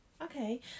okay